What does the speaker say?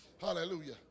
hallelujah